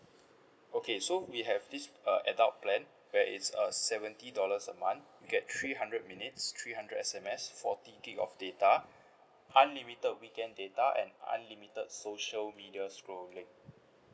okay so we have this uh adult plan where it's uh seventy dollars a month you get three hundred minutes three hundred S_M_S forty gig of data unlimited weekend data and unlimited social media scrolling